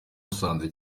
musanze